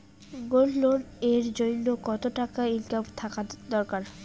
Gold loan এর জইন্যে কতো টাকা ইনকাম থাকা দরকার?